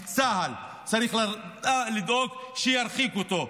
וצה"ל צריך לדאוג להרחיק אותו.